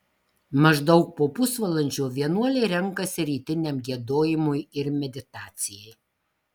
maždaug po pusvalandžio vienuoliai renkasi rytiniam giedojimui ir meditacijai